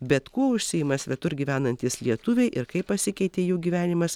bet kuo užsiima svetur gyvenantys lietuviai ir kaip pasikeitė jų gyvenimas